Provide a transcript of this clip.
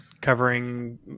covering –